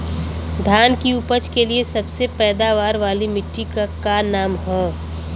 धान की उपज के लिए सबसे पैदावार वाली मिट्टी क का नाम ह?